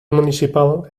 municipal